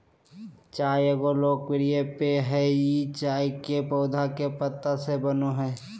चाय एगो लोकप्रिय पेय हइ ई चाय के पौधा के पत्ता से बनो हइ